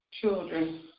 children